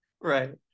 Right